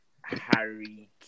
Harry